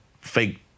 fake